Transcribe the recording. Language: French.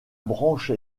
branche